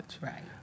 Right